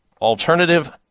Alternative